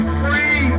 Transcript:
free